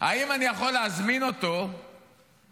האם אני יכול להזמין אותו לסעודת